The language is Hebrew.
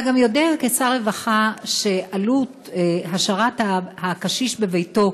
אתה גם יודע כשר רווחה שעלות השארת הקשיש בביתו